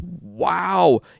wow